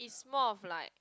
it's more of like